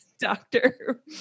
doctor